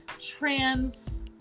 trans